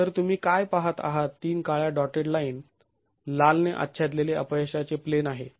तर तुम्ही काय पहात आहात तीन काळ्या डॉटेड लाईन लाल ने आच्छादलेले अपयशाचे प्लेन आहे